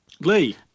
Lee